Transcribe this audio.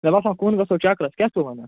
مےٚ باسان کُن گَژھو چکرس کیٛاہ چھُو وَنان